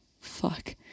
fuck